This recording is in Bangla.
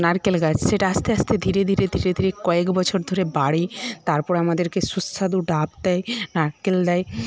নারকেল গাছ সেটা আস্তে আস্তে ধীরে ধীরে ধীরে ধীরে কয়েক বছর ধরে বাড়ে তারপর আমাদেরকে সুস্বাদু ডাব দেয় নারকেল দেয়